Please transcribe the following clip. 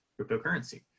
cryptocurrency